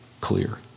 clear